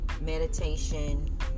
meditation